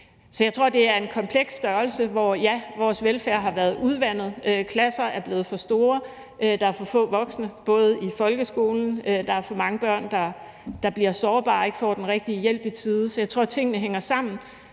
Så jeg tror, det er en kompleks størrelse, hvor vores velfærd har været udvandet, klasser er blevet for store, der er for få voksne, også i folkeskolen, og der er for mange børn, der bliver sårbare og ikke får den rigtige hjælp i tide. Så jeg tror, tingene hænger sammen,